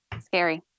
scary